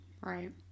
Right